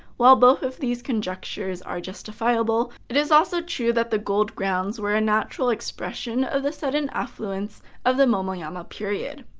while both of these conjectures are justifiable, it is also true that gold grounds were a natural expression of the sudden affluence of the momoyama period.